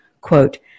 Quote